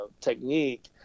technique